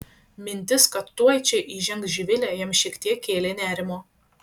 mintis kad tuoj čia įžengs živilė jam šiek tiek kėlė nerimo